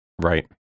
Right